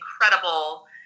incredible